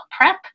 PrEP